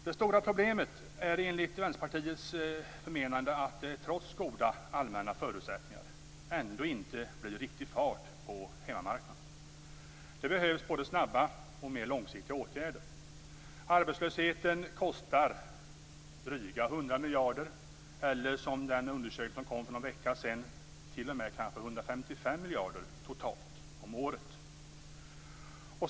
Det stora problemet är enligt Vänsterpartiets förmenande att det trots goda allmänna förutsättningar inte blir riktig fart på hemmamarknaden. Det behövs både snabba och mer långsiktiga åtgärder. Arbetslösheten kostar drygt 100 miljarder totalt om året. För någon vecka sedan kom det en undersökning som visade att det t.o.m. kanske är 155 miljarder.